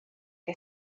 que